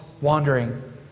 wandering